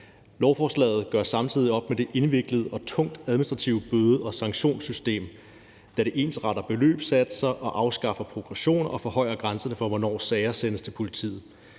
Lovforslaget gør samtidig op med det indviklede og tungt administrative bøde- og sanktionssystem, da det ensretter beløbssatser, afskaffer progression og forhøjer grænserne for, hvornår sager sendes til politiet.